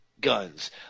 guns